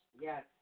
Yes